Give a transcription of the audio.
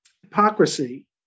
hypocrisy